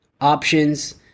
options